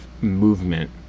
movement